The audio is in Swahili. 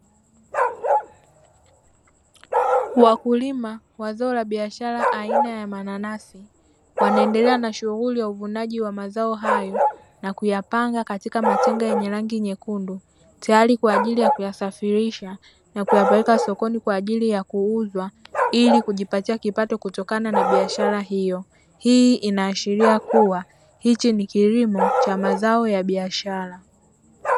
Wakulima wa zao la biashara aina ya mananasi ,wanaendelea na shughuli ya uvunaji wa mazao hayo na kuyapanga katika matenga yenye rangi nyekundu, tayali kwaajili ya kuyasafilisha na kuyapeleka sokoni kwaajili ya kuuzwa ili kujipatia kipato kutokana na biashara hiyoo, hii inaashilia kuwa hichi ni kilimo cha mazao ya biashara.